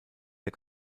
der